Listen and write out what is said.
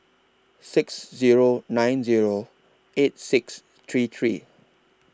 six Zero nine Zero eight six three three